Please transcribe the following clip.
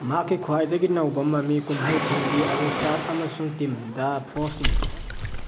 ꯃꯍꯥꯛꯀꯤ ꯈ꯭ꯋꯥꯏꯗꯒꯤ ꯅꯧꯕ ꯃꯃꯤ ꯀꯨꯝꯍꯩꯁꯤꯡꯗꯤ ꯑꯥꯂꯨ ꯁꯥꯠ ꯑꯃꯁꯨꯡ ꯇꯤꯝ ꯗ ꯐꯣꯁꯅꯤ